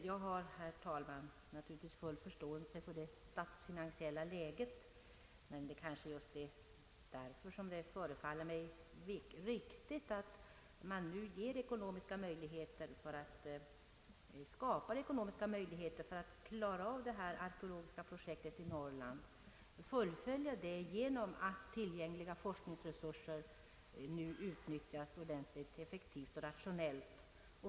Jag har, herr talman, naturligtvis full förståelse för det statsfinansiella läget, men det är kanske just därför som det förefaller mig riktigt att man skapar ekonomiska möjligheter för att klara av detta arkeologiska projekt i Norrland och fullföljer det genom att tillgängliga forskningsresurser nu utnyttjas ordentligt, effektivt och rationellt.